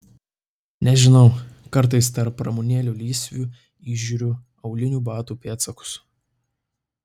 nežinau kartais tarp ramunėlių lysvių įžiūriu aulinių batų pėdsakus